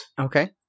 okay